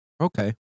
Okay